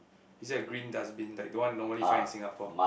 is it a green dustbin like the one normally find in Singapore